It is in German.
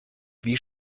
wie